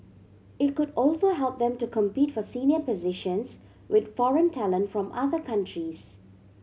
it could also help them to compete for senior positions with foreign talent from other countries